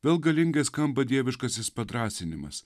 vėl galingai skamba dieviškasis padrąsinimas